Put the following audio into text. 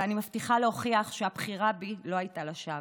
ואני מבטיחה להוכיח שהבחירה בי לא הייתה לשווא,